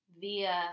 via